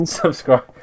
subscribe